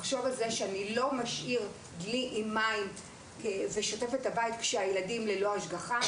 לחשוב על זה שאני לא משאירה דלי עם מים כשהילדים ללא השגחה,